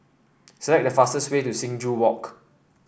select the fastest way to Sing Joo Walk